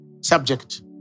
subject